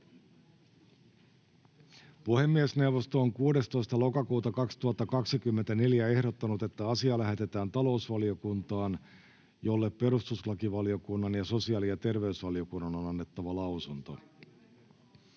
Puhemiesneuvosto on 16.10.2024 ehdottanut, että asia lähetetään talousvaliokuntaan, jolle perustuslakivaliokunnan ja sosiaali- ja terveysvaliokunnan on annettava lausunto.